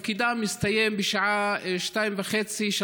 תפקידה מסתיים בשעה 14:30,